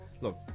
look